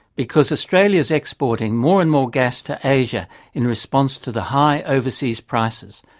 because australia is exporting more and more gas to asia in response to the high overseas prices,